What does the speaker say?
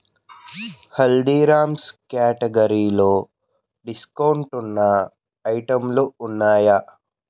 హల్దీరామ్స్ క్యాటగరీలో డిస్కౌంట్ ఉన్న ఐటెంలు ఉన్నాయా